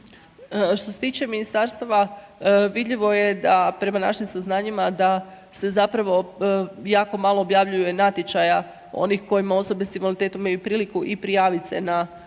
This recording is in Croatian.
Što se tiče ministarstava, vidljivo je da prema našim saznanjima, da se zapravo jako malo objeljuje natječaja, onih koje osobe s invaliditetom imaju priliku i prijaviti se